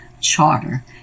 charter